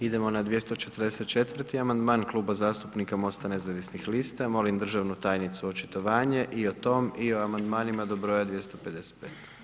Idemo na 244. amandman Kluba zastupnika MOST-a nezavisnih lista, molim državnu tajnicu očitovanje i o tom i o amandmanima do br. 255.